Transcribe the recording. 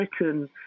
written